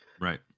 Right